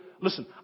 Listen